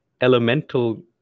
elemental